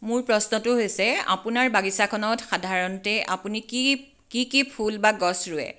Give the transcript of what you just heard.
মোৰ প্ৰশ্নটো হৈছে আপোনাৰ বাগিচাখনত সাধাৰণতে আপুনি কি কি কি কি ফুল বা গছ ৰুৱে